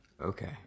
Okay